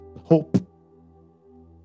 hope